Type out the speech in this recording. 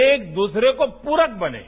एक दूसरे के पूरक बनें